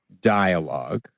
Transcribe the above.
dialogue